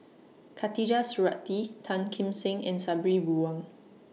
Khatijah Surattee Tan Kim Seng and Sabri Buang